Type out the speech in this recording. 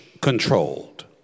controlled